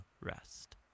rest